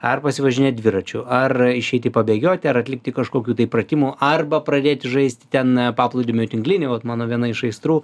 ar pasivažinėt dviračiu ar išeiti pabėgioti ar atlikti kažkokių tai pratimų arba pradėti žaisti ten paplūdimio tinklinį vat mano viena iš aistrų